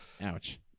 Ouch